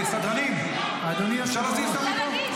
סדרנים, אפשר להזיז אותה מפה?